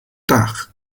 dach